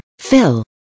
Fill